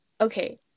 okay